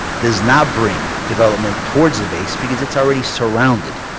does not bring development toward the base, because it's already surrounded.